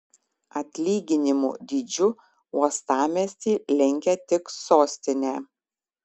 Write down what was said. atlyginimų dydžiu uostamiestį lenkia tik sostinė